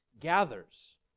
gathers